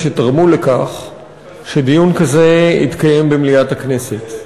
שתרמו לכך שדיון כזה יתקיים במליאת הכנסת: